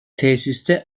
tesiste